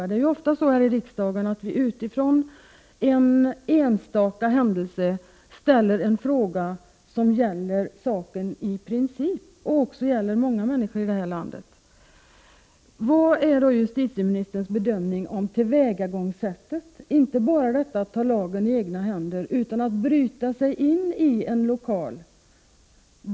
Det är ofta så här i riksdagen, att vi utifrån en enstaka händelse ställer en fråga som gäller saken i princip och som också berör många människor i landet. Vilken är justitieministerns bedömning av tillvägagångssättet, inte bara detta att man tar lagen i egna händer, utan att man bryter sig in i en lokal där Volvos motpart, dvs. fackföreningen, hade denna videofilm men även annat viktigt material som handlade om de egna arbetskamraterna och som fackföreningen inte ville sprida?